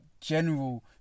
general